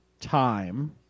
time